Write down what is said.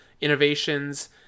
innovations